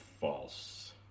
false